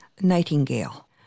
Nightingale